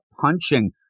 punching